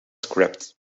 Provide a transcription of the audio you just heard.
scrapped